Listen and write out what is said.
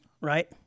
Right